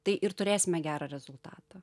tai ir turėsime gerą rezultatą